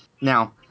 Now